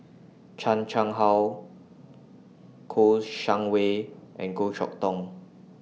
Chan Chang How Kouo Shang Wei and Goh Chok Tong